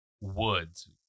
woods